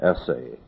essay